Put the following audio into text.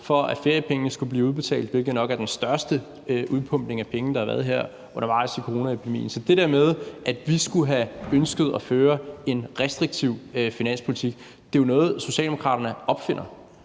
for at feriepengene skulle blive udbetalt, hvilket nok er den største udpumpning af penge, der har været her undervejs i coronaepidemien. Så det der med, at vi skulle have ønsket at føre en restriktiv finanspolitik, er noget, Socialdemokratiet opfinder.